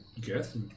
guess